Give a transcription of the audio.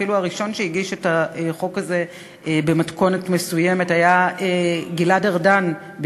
אפילו הראשון שהגיש את החוק הזה במתכונת מסוימת היה גלעד ארדן,